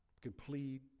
Complete